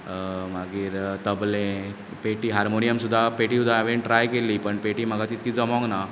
मागीर तबलें पेटी हार्मोनियम सुद्दां पेटी सुद्दां हांवेन ट्राय केली पूण पेटी म्हाका तितकी जमोंकना